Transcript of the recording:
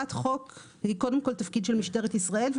אכיפת חוק היא קודם כל תפקיד של משטרת ישראל.